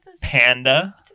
Panda